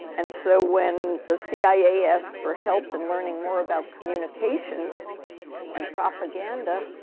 and so, when the cia asked for help in learning more about communications and propaganda